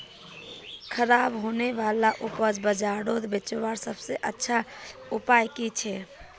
ख़राब होने वाला उपज बजारोत बेचावार सबसे अच्छा उपाय कि छे?